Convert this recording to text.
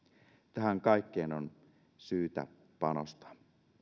tähän kaikkeen on syytä panostaa